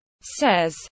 says